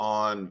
on